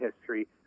history